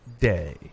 day